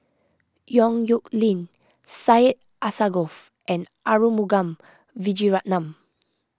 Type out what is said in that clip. Yong Nyuk Lin Syed Alsagoff and Arumugam Vijiaratnam